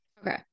Okay